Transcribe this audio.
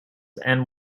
and